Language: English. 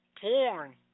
porn